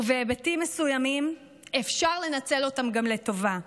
ובהיבטים מסוימים אפשר גם לנצל אותם לטובה.